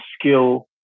skill